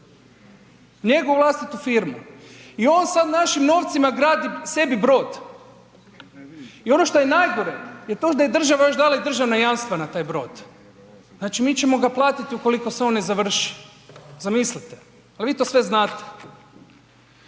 Njegovu vlastitu firmu i on sad našim novcima gradi sebi brod. I ono što je najgore je to da je država još dala i državna jamstva na taj brod, znači mi ćemo ga platiti ukoliko se on ne završi. Zamislite. Pa vi to sve znate.